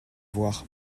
voir